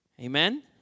Amen